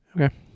Okay